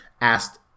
asked